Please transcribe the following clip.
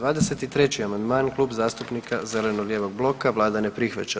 23. amandman Klub zastupnika zeleno-lijevog bloka, vlada ne prihvaća.